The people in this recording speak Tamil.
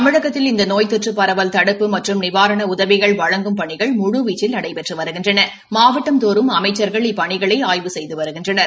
தமிழகத்தில் இந்த நோய் தொற்று பரவல் தடுப்பு மற்றும் நிவாரண உதவிகள் வழங்கும் பணிகள் முழு வீச்சில் நடைபெற்று வருகின்றன மாவட்டந்தோறும் அமைச்சா்கள் இப்பணிகளை ஆய்வு செய்து வருகின்றனா